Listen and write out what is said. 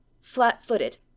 flat-footed